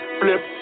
flip